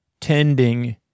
tending